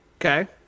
Okay